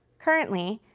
currently,